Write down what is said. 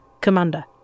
Commander